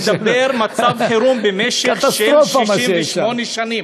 אני מדבר מצב חירום במשך של 68 שנים.